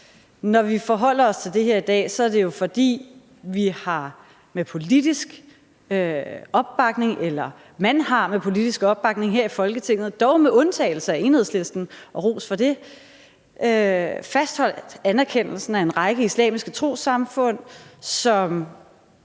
Når vi forholder os til det her i dag, er det jo, fordi man med politisk opbakning her i Folketinget – dog med undtagelse af Enhedslisten, og ros for det – har fastholdt anerkendelsen af en række islamiske trossamfund, som